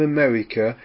America